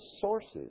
sources